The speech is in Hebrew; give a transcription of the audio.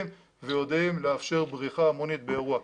ויודעים לאפשר בריחה המונית באירוע.